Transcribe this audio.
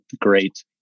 great